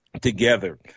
together